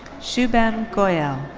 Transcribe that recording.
shubham goyal.